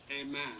Amen